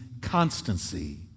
constancy